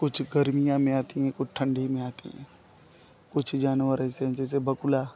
कुछ गर्मियों में आती हैं कुछ ठंडी में आती हैं कुछ जानवर ऐसे हैं जैसे बगुला